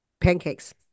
pancakes